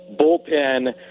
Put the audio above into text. bullpen